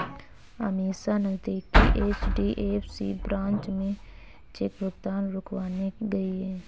अमीषा नजदीकी HDFC branch में cheque भुगतान रुकवाने गई